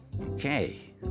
Okay